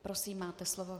Prosím, máte slovo.